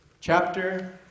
chapter